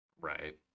Right